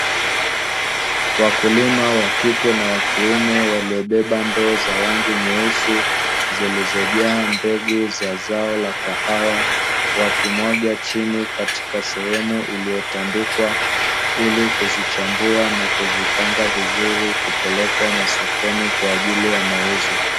Wakulima wa kike na wa kiume waliobeba ndoo za rangi nyeusi; zilizojaa mbegu za zao la kahawa, wakimwaga chini katika sehemu iliyotandikwa ili kuzichambua na kuzipanga vizuri kupelekwa masokoni kwa ajili ya mauzo.